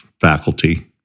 faculty